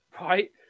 Right